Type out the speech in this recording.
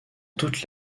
toute